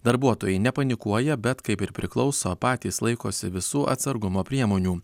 darbuotojai nepanikuoja bet kaip ir priklauso patys laikosi visų atsargumo priemonių